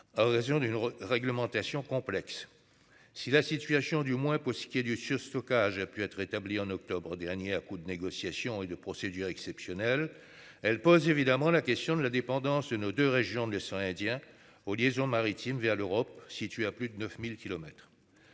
À raison d'une réglementation complexe. Si la situation du moins pour ce qui est du surstockage a pu être établi en octobre dernier à coups de négociations et de procédures exceptionnelles. Elle pose évidemment la question de la dépendance, nos 2 régions de l'océan Indien aux liaisons maritimes vers l'Europe, situé à plus de 9000